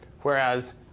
Whereas